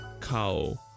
cow